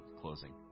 closing